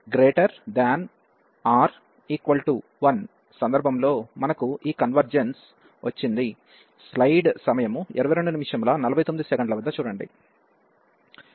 కాబట్టి n≥1 సందర్భంలో మనకు ఈ కన్వెర్జెన్స్ వచ్చింది